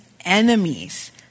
enemies